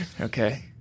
Okay